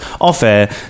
off-air